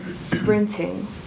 sprinting